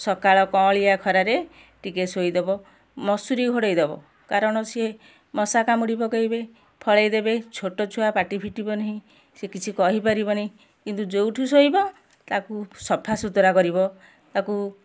ସକାଳ କଅଁଳିଆ ଖରାରେ ଟିକେ ଶୋଇଦେବ ମଶୁରୀ ଘୋଡ଼ାଇଦେବ କାରଣ ସିଏ ମଶା କାମୁଡ଼ି ପକାଇବେ ଫଳେଇ ଦେବେ ଛୋଟ ଛୁଆ ପାଟି ଫିଟିବନାହିଁ ସେ କିଛି କହିପାରିବନି କିନ୍ତୁ ଯେଉଁଠି ଶୋଇବ ତାକୁ ସଫାସୁତୁରା କରିବ ତାକୁ